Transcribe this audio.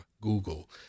Google